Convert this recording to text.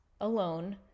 alone